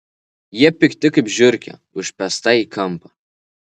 jie pikti kaip žiurkė užspęsta į kampą